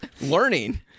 learning